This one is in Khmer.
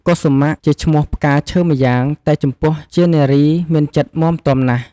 កុសុមៈ ជាឈ្មោះផ្កាឈើម្យ៉ាង តែចំពោះជានារីមានចិត្តមាំទាំណាស់។